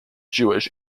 jewish